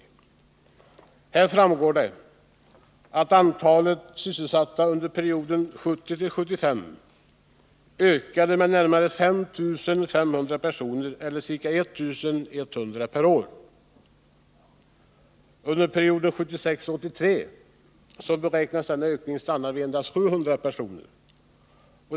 Av detta framgår att antalet sysselsatta under perioden 1970-1975 ökade med närmare 5 500 personer, eller ca 1 100 per år. Under perioden 1976-1983 beräknas denna ökning stanna vid endast ca 700 personer per år.